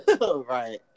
Right